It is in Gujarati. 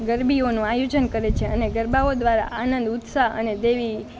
ગરબીઓનું આયોજન કરે છે અને ગરબાઓ દ્વારા આનંદ ઉત્સાહ અને દેવી